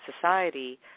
society